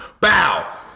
Bow